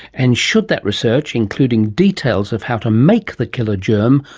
and should that research, including details of how to make the killer germ,